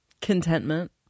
contentment